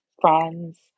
friends